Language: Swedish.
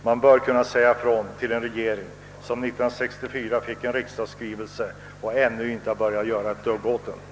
Man bör kunna säga ifrån hos en regering, som år 1964 fick en riksdagsskrivelse och ännu inte har börjat göra det minsta åt saken.